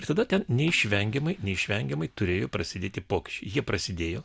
ir tada ten neišvengiamai neišvengiamai turėjo prasidėti pokyčiai jie prasidėjo